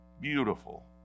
beautiful